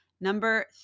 Number